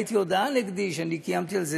ראיתי הודעה נגדי שאני קיימתי על זה